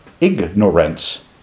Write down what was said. ignorance